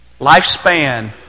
lifespan